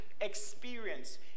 experience